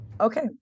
Okay